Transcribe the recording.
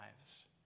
lives